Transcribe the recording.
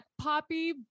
poppy